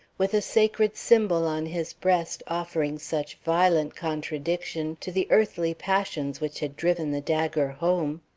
with the sacred symbol on his breast offering such violent contradiction to the earthly passion which had driven the dagger home,